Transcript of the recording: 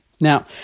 Now